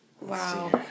Wow